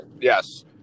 Yes